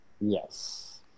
Yes